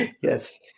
yes